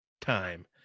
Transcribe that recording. time